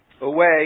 away